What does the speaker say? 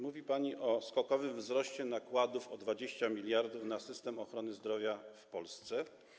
Mówi pani o skokowym wzroście nakładów, o 20 mld, na system ochrony zdrowia w Polsce.